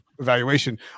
evaluation